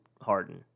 Harden